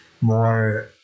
more